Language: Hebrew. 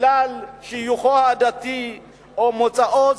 בגלל שיוכם העתידי או מוצאם,